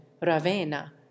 Ravenna